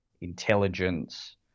intelligence